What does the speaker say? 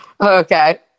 Okay